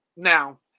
Now